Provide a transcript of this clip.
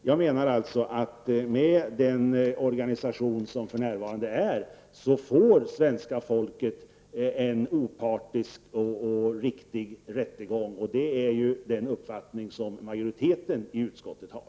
Jag anser att med den organisation som vi för närvarande har får det svenska folket en opartisk och riktig rättegång. Det är den uppfattning som majoriteten i utskottet har.